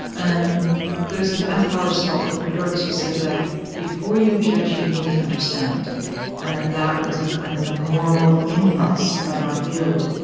and there's an anthropologist called clifford geertz who said that before you judge, you need to understand and that that was the kind of the moral impulse of our field.